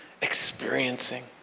experiencing